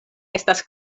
estas